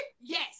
yes